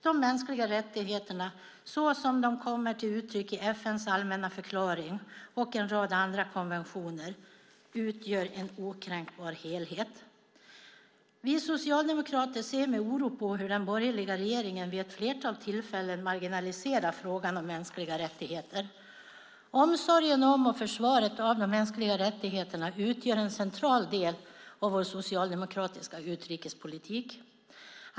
De mänskliga rättigheterna så som de kommer till uttryck i FN:s allmänna förklaring och en rad andra konventioner utgör en okränkbar helhet. Vi socialdemokrater ser med oro på hur den borgerliga regeringen vid ett flertal tillfällen har marginaliserat frågan om mänskliga rättigheter. Omsorgen om och försvaret av de mänskliga rättigheterna utgör en central del av vår socialdemokratiska utrikespolitik.